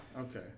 okay